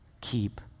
keep